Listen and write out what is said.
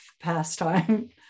pastime